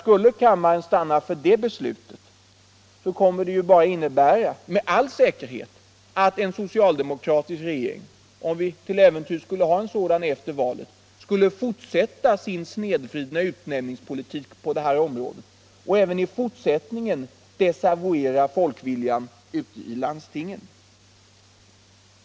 Skulle kammaren stanna för det beslutet, kommer det ju med all säkerhet bara att innebära att en socialdemokratisk regering — om vi till äventyrs skulle ha en sådan efter valet — skulle fortsätta sin snedvridna utnämningspolitik på detta område och även i fortsättningen desavouera folkviljan ute i länen.